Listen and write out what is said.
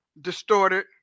distorted